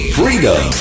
freedom